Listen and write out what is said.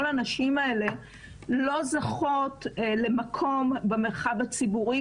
הנשים האלה לא זוכות למקום במרחב הציבורי,